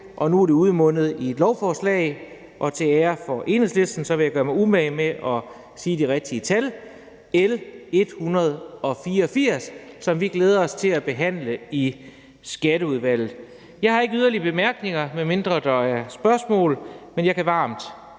Nu er det udmundet i et lovforslag, og til ære for Enhedslisten vil jeg gøre mig umage med at sige det rigtige tal, nemlig L 184, som vi glæder os til at behandle i Skatteudvalget. Jeg har ikke yderligere bemærkninger, medmindre der er spørgsmål, men jeg kan varmt